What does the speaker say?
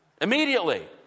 Immediately